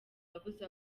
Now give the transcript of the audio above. yabuze